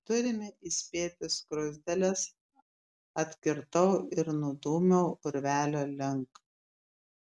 turime įspėti skruzdėles atkirtau ir nudūmiau urvelio link